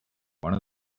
one